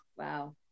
Wow